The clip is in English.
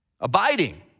abiding